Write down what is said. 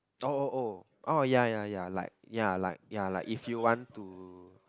oh oh oh oh ya ya ya like ya like ya like if you want to